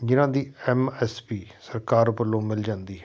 ਜਿਨ੍ਹਾਂ ਦੀ M S P ਸਰਕਾਰ ਵੱਲੋਂ ਮਿਲ ਜਾਂਦੀ ਹੈ